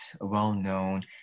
well-known